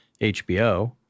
HBO